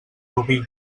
rubí